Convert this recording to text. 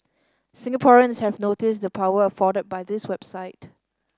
Singaporeans have noticed the power afforded by this website